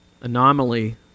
anomaly